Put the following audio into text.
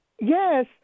Yes